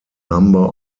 number